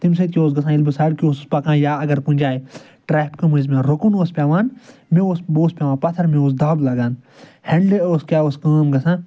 تَمہِ سۭتۍ کیٛاہ اوس گژھان ییٚلہِ بہٕ سَڑکہِ اوسُس پَکان یا اَگرکُنہِ جایہِ ٹرٛیفکہٕ مٔنٛزۍ مےٚ رُکن اوس پیٚوان مےٚ اوس بہٕ اوسُس پیٚوان پَتھر مےٚ اوس دَب لَگان ہیٚنڈلہِ ٲس کیٛاہ ٲس کٲم گژھان